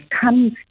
comes